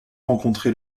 rencontrer